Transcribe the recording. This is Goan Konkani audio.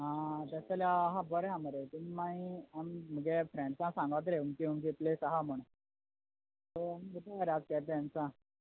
आं आं तेशें जाल्यार आहा बोरे आहा मरे पूण मागीर आम म्हुगे फ्रेंड्सां सांगोता रे ओमकी ओमकी प्लेस आहा म्हूण सो केपें मरे हांव सांगता